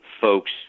folks